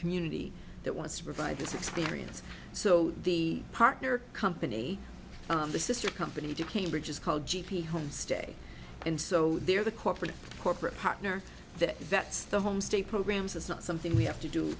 community that wants to provide this experience so the partner company the sister company to cambridge is called g p homestay and so they're the corporate corporate partner that vets the home state programs it's not something we have to do